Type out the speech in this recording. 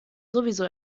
sowieso